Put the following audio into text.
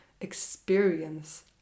experience